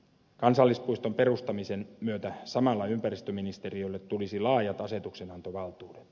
kansallispuiston perustamisen myötä samalla ympäristöministeriölle tulisi laajat asetuksenantovaltuudet